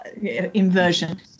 inversion